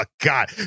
God